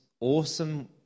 awesome